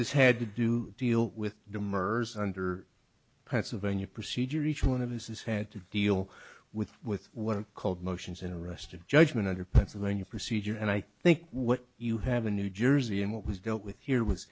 has had to do deal with dimmers under pennsylvania procedure each one of his has had to deal with with what he called motions in arrested judgment under pennsylvania procedure and i think what you have a new jersey and what was dealt with here was